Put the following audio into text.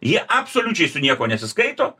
jie absoliučiai su niekuo nesiskaito